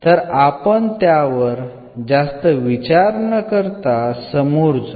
तर आपण त्यावर जास्त विचार न करता समोर जाऊ